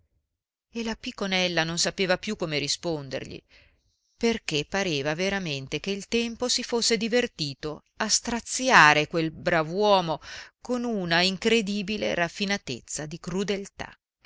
e la piconella non sapeva più come rispondergli perché pareva veramente che il tempo si fosse divertito a straziare quel brav'uomo con una incredibile raffinatezza di crudeltà